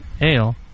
Ale